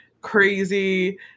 Crazy